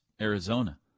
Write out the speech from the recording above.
Arizona